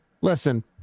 Listen